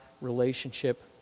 relationship